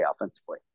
offensively